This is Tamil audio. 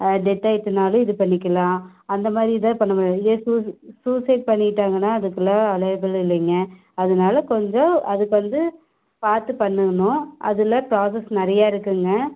டெத் ஆகிடுச்சினாலும் இது பண்ணிக்கலாம் அந்தமாதிரி இதான் பண்ண முடியும் இதே சூசைட் பண்ணிக்கிட்டாங்கன்னா அதுக்கெல்லாம் அவைலபிள் இல்லைங்க அதனால் கொஞ்சம் அதுக்கு வந்து பார்த்து பண்ணணும் அதில் ப்ராசஸ் நிறையா இருக்குதுங்க